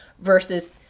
versus